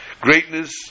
greatness